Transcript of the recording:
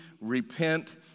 repent